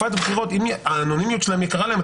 אם האנונימיות שלהם יקרה להם,